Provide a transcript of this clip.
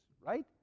right